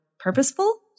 purposeful